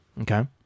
Okay